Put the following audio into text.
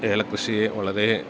ഏലക്കൃഷിയെ വളരേ